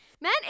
Man